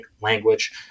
language